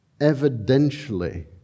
evidentially